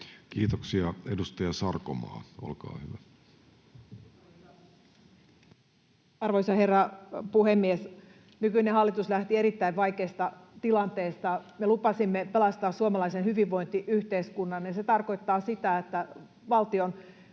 Kiitoksia. — Edustaja Sarkomaa, olkaa hyvä. Arvoisa herra puhemies! Nykyinen hallitus lähti erittäin vaikeasta tilanteesta. Me lupasimme pelastaa suomalaisen hyvinvointiyhteiskunnan, ja se tarkoittaa sitä, että valtion